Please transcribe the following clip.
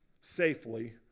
safely